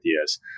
ideas